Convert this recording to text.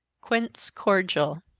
quince cordial.